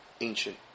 ancient